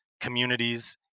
communities